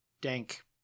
dank